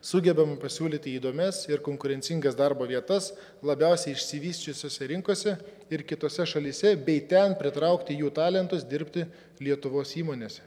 sugebam pasiūlyti įdomias ir konkurencingas darbo vietas labiausiai išsivysčiusiose rinkose ir kitose šalyse bei ten pritraukti jų talentus dirbti lietuvos įmonėse